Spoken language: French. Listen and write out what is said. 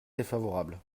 défavorable